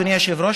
אדוני היושב-ראש,